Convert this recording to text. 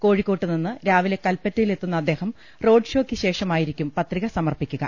കോഴിക്കോട്ട്നിന്ന് രാവിലെ കൽപ്പറ്റ യിലെത്തുന്ന അദ്ദേഹം റോഡ്ഷോയ്ക്ക് ശേഷമായിരിക്കും പത്രിക സമർപ്പിക്കുക